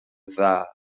dda